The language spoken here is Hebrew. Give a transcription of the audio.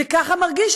זה ככה מרגיש.